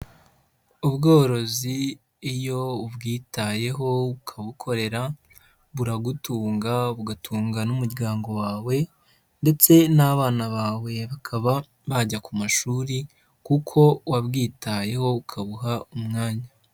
Ubworozi iyo ubwitayeho ukabukorera, buragutunga, bugatunga n'umuryango wawe ndetse n'abana bawe bakaba bajya ku mashuri kuko wabwitayeho ukabuha umwanya.